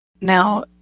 Now